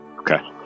okay